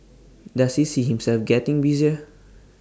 does he see himself getting busier